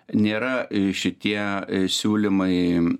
nėra šitie siūlymai